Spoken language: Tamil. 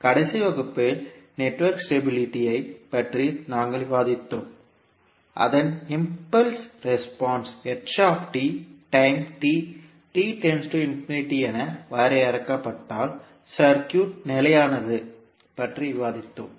கடைசி வகுப்பில் நெட்வொர்க் ஸ்டெபிலிடி ஐ பற்றி நாங்கள் விவாதித்தோம் அதன் இம்பல்ஸ் ரெஸ்பான்ஸ் டைம் t என வரையறுக்கப்பட்டால் சர்க்யூட் நிலையானது பற்றி விவாதித்தோம்